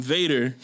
Vader